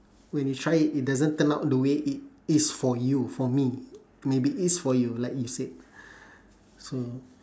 when you try it it doesn't turn out the way it is for you for me maybe it is for you like you said so